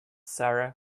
sarah